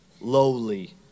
lowly